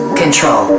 control